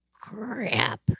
Crap